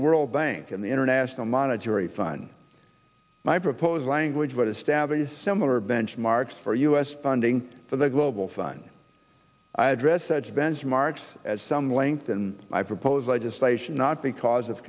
the world bank and the international monetary fund my proposed language what establishes similar benchmarks for u s standing for the global fund i address such benchmarks as some length and i proposed legislation not because